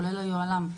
כולל היוהל”ם.